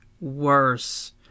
worse